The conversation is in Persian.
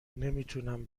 نمیتونم